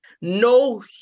No